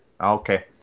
Okay